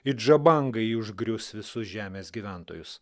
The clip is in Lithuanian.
it žabangai ji užgrius visus žemės gyventojus